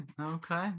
Okay